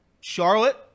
Charlotte